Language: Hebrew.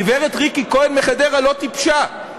הגברת ריקי כהן מחדרה לא טיפשה.